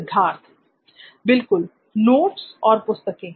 सिद्धार्थ बिल्कुल नोट्स और पुस्तकें